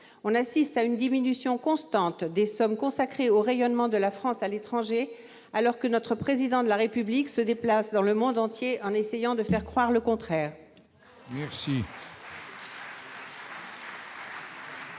On assiste à une diminution constante des sommes consacrées au rayonnement de la France à l'étranger, alors que notre Président de la République se déplace dans le monde entier en essayant de faire croire le contraire.